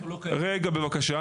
רגע בבקשה.